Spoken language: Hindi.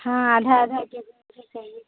हाँ आधा आधा के जी चाहिए